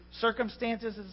Circumstances